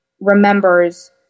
remembers